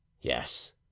Yes